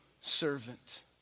servant